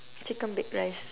chicken bake rice